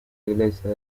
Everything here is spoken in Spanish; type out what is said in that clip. iglesia